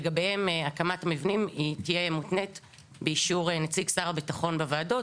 לגביהם הקמת המבנים תהיה מותנית באישור נציג שר הביטחון בוועדות,